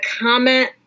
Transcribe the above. comment